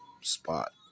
spot